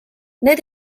need